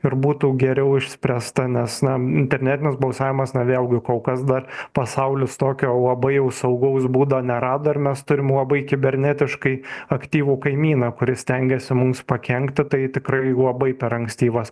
ir būtų geriau išspręsta nes na internetinis balsavimas na vėlgi kol kas dar pasaulis tokio labai jau saugaus būdo nerado ir mes turimlabai kibernetiškai aktyvų kaimyną kuris stengiasi mums pakenkti tai tikrai labai per ankstyvas